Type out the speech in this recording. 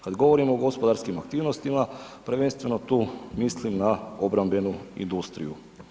Kad govorimo o gospodarskim aktivnostima prvenstveno tu mislim na obrambenu industriju.